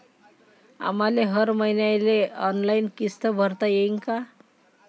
आम्हाले हर मईन्याले ऑनलाईन किस्त भरता येईन का?